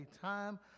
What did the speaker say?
time